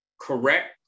correct